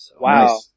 Wow